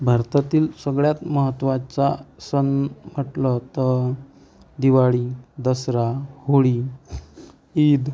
भारतातील सगळ्यात महत्त्वाचा सण म्हटलं तर दिवाळी दसरा होळी ईद